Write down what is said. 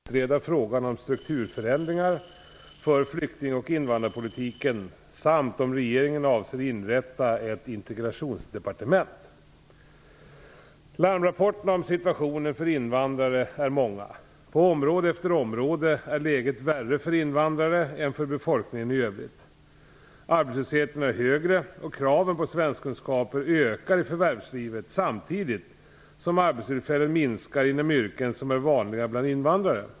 Herr talman! Juan Fonseca har frågat mig om jag avser att ta initiativ för att utreda frågan om strukturförändringar för flykting och invandrarpolitiken samt om regeringen avser inrätta ett integrationsdepartement. Larmrapporterna om situationen för invandrare är många. På område efter område är läget värre för invandrare än för befolkningen i övrigt. Arbetslösheten är högre och kraven på svenskkunskaper ökar i förvärvslivet samtidigt som antalet arbetstillfällen minskar inom yrken som är vanliga bland invandrare.